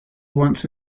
once